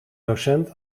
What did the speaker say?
docent